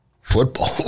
Football